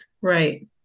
Right